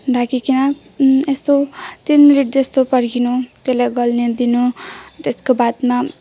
ढाकिकन यस्तो तिन मिनट जस्तो पर्खिनु त्यसलाई गल्न दिनु त्यसको बादमा